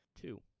two